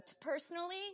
personally